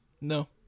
no